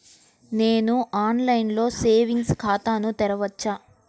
నేను ఆన్లైన్లో సేవింగ్స్ ఖాతాను తెరవవచ్చా?